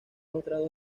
otras